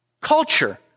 culture